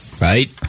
right